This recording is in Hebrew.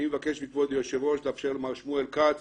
אני מבקש כבוד היושב ראש לאפשר למר שמואל כץ